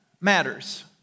matters